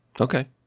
Okay